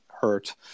hurt